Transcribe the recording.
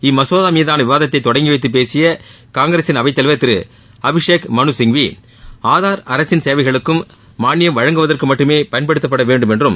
இம்மசோதா மீதான விவாத்தை தொடங்கிவைத்து பேசிய காங்கிரசின் அவைத்தலைவர் திரு அபிஷேக் மனுசிங்வி ஆதார் அரசின் சேவைகளுக்கும் மாளியம் வழங்குவதற்கு மட்டுமே பயன்படுத்தவேண்டும் என்றும்